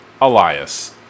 Elias